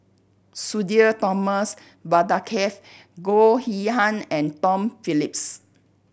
Sudhir Thomas Vadaketh Goh Yihan and Tom Phillips